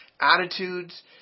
attitudes